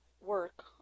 work